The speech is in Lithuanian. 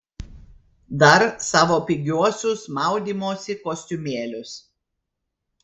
dar savo pigiuosius maudymosi kostiumėlius